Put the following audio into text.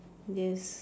yes